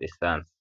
risansi.